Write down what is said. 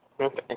Okay